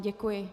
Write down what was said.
Děkuji.